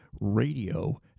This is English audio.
radio